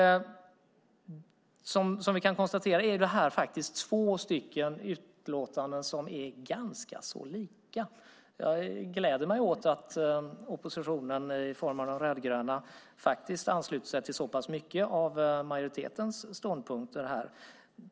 Vi kan konstatera att det är två utlåtanden som är ganska så lika. Jag gläder mig åt att oppositionen i form av de rödgröna har anslutit sig till så pass mycket av majoritetens ståndpunkt.